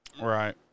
Right